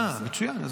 אה, מצוין.